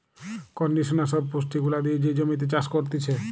conditioner সব পুষ্টি গুলা দিয়ে যে জমিতে চাষ করতিছে